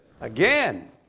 Again